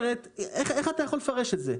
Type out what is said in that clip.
איך אתה יכול לפרש את זה?